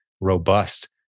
robust